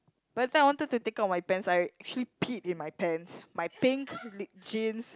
by the time I wanted to take out my pants I actually pee in my pants my pink li~ jeans